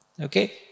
Okay